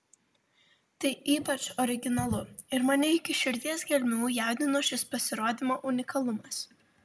tai ypač originalu ir mane iki širdies gelmių jaudino šis pasirodymo unikalumas